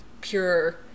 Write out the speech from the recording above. pure